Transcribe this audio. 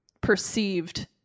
perceived